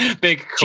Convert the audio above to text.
Big